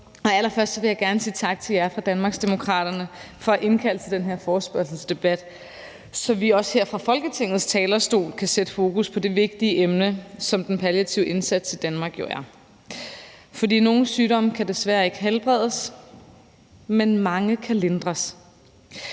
jeg gerne sige tak til jer fra Danmarksdemokraterne for at indkalde til den her forespørgselsdebat, så vi også her fra Folketingets talerstol kan sætte fokus på det vigtige emne, som den palliative indsats i Danmark jo er. For nogle sygdomme kan desværre ikke helbredes, men mange kan lindres.